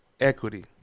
Equity